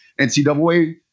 NCAA